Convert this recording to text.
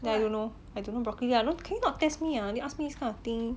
then I don't know I don't know broccoli can you not test me ah then ask me this kind of thing